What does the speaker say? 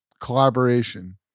collaboration